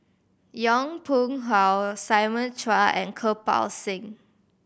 Yong Pung How Simon Chua and Kirpal Singh